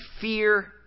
fear